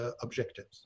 objectives